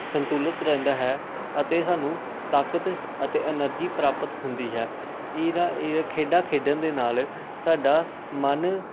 ਸੰਤੁਲਿਤ ਰਹਿੰਦਾ ਹੈ ਅਤੇ ਸਾਨੂੰ ਤਾਕਤ ਅਤੇ ਐਨਰਜੀ ਪ੍ਰਾਪਤ ਹੁੰਦੀ ਹੈ ਇਹਦਾ ਇਹ ਖੇਡਾਂ ਖੇਡਣ ਦੇ ਨਾਲ ਸਾਡਾ ਮਨ